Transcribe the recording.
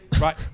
right